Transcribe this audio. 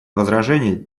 возражений